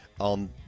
on